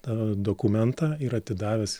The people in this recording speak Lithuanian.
tą dokumentą ir atidavęs